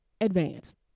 advanced